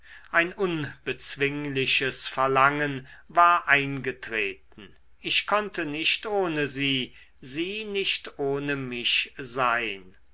ein unbezwingliches verlangen war eingetreten ich konnte nicht ohne sie sie nicht ohne mich sein